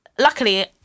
luckily